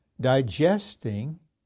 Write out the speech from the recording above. digesting